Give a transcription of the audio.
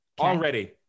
already